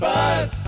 Buzz